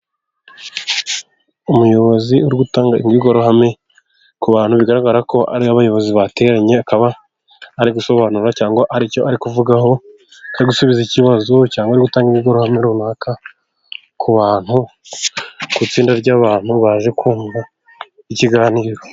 Umuyobozi uri gutanga imbwirwaruhame ku bantu bigaragarako ari abayobozi bateranye, akaba ari gusobanura cyangwa hari icyo ari kuvugaho nko gusubiza ikibazo, cyangwa gutanga imbwirwaruhame runaka ku bantu ku itsinda ry'abantu baje kumva ikiganiro.